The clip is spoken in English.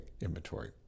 inventory